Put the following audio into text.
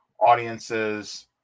audiences